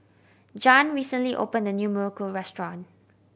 Jan recently opened a new muruku restaurant